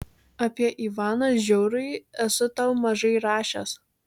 apie ivaną žiaurųjį esu tau mažai rašęs